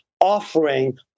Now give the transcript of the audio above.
offering